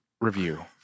Review